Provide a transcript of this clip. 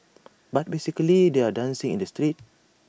but basically they're dancing in the streets